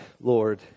Lord